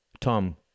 Tom